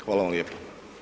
Hvala vam lijepo.